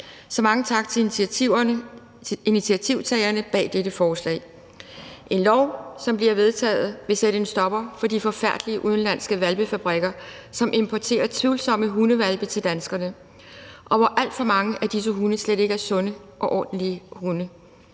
Så mange tak til initiativtagerne bag dette forslag! En lov, som bliver vedtaget, vil sætte en stopper for de forfærdelige udenlandske hvalpefabrikker, som importerer tvivlsomme hundehvalpe til danskerne, og hvor alt for mange af disse hunde slet ikke er sunde og ordentlige hunde.